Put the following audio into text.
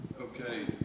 Okay